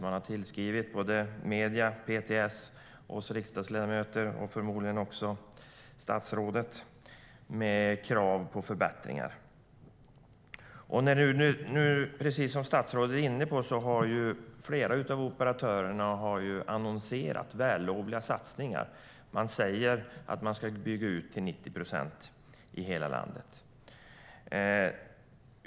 De har skrivit till medierna, PTS, oss riksdagsledamöter och förmodligen också statsrådet med krav på förbättringar. Precis som statsrådet är inne på har flera av operatörerna annonserat vällovliga satsningar. De säger att de ska bygga ut till 90 procent i hela landet.